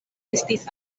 estis